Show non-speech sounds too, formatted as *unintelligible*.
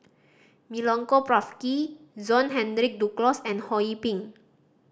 Milenko Prvacki *unintelligible* Henry Duclos and Ho Yee Ping